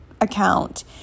account